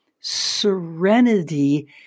serenity